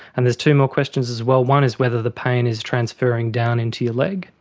and there's two more questions as well, one is whether the pain is transferring down into your leg,